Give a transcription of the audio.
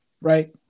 right